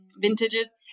vintages